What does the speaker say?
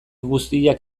guztiak